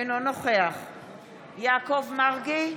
אינו נוכח יעקב מרגי,